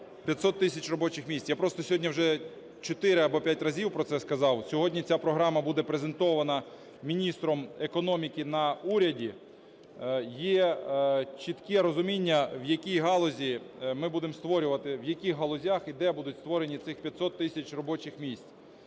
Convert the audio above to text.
500 тисяч робочих місць. Я просто сьогодні вже 4 або 5 разів про це сказав. Сьогодні ця програма буде презентована міністром економіки на уряді. Є чітке розуміння, в якій галузі ми буде створювати… в яких галузях і де будуть створені цих 500 тисяч робочих місць.